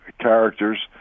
characters